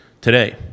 today